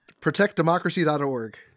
ProtectDemocracy.org